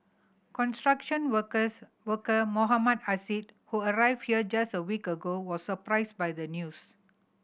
construction workers worker Mohammad Assad who arrived here just a week ago was surprised by the news